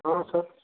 हाँ सर